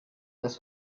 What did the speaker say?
des